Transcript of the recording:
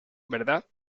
verdad